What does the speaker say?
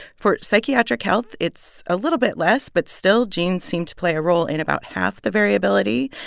for psychiatric health, it's a little bit less. but still, genes seem to play a role in about half the variability.